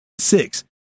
six